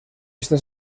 este